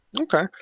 Okay